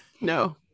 no